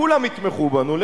כולם יתמכו בנו,